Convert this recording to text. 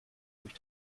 durch